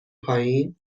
پایین